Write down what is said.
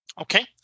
Okay